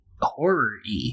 horror-y